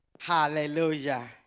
Hallelujah